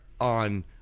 On